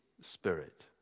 Spirit